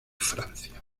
francia